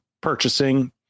purchasing